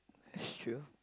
that's true